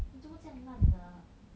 你做么这样烂的